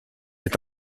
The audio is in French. est